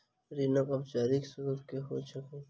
ऋणक औपचारिक स्त्रोत की होइत छैक?